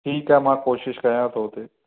ठीकु आहे मां कोशिशि कयां थो उते